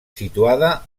situada